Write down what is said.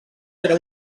era